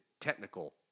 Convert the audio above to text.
technical